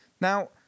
Now